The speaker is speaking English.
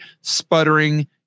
Sputtering